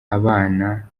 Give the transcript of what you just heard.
abana